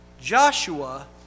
Joshua